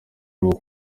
rwo